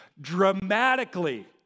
dramatically